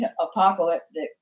apocalyptic